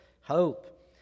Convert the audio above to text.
hope